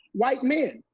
white men.